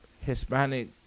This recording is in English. Hispanic